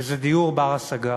וזה דיור בר-השגה.